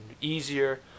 easier